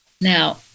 Now